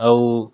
ଆଉ